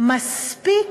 מספיק